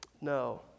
No